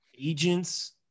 agents